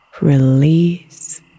release